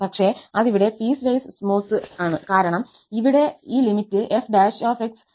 പക്ഷേ അത് ഇവിടെപീസ്വൈസ് സ്മൂത്ത് കാരണം ഇവിടെ ഈ limit f′ഉം f′ ഉം പീസ്വൈസ് സ്മൂത്ത് അല്ല